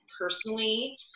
personally